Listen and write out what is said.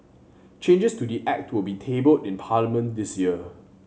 changes to the Act will be tabled in Parliament this year